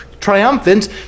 triumphant